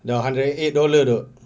ya hundred and eight dollar tu